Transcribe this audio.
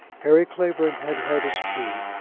harry clavering had had his tea,